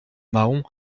mahon